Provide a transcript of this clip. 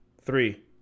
Three